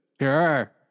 Sure